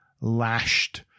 lashed